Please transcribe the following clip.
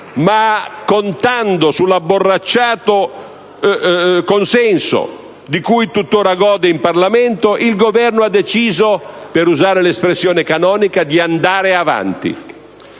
contando sull'abborracciato consenso di cui tuttora gode in Parlamento, il Governo ha deciso - per usare l'espressione canonica - di andare avanti.